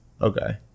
Okay